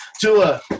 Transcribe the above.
Tua